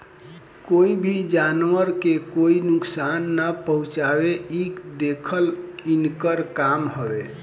कोई भी जानवर के कोई नुकसान ना पहुँचावे इ देखल इनकर काम हवे